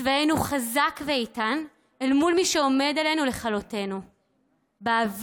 צבאנו חזק ואיתן אל מול מי שעומד עלינו לכלותנו באוויר,